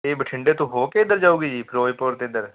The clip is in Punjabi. ਇਹ ਬਠਿੰਡੇ ਤੋਂ ਹੋ ਕੇ ਇੱਧਰ ਜਾਵੇਗੀ ਜੀ ਫਿਰੋਜ਼ਪੁਰ ਅਤੇ ਇੱਧਰ